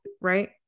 right